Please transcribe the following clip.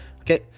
Okay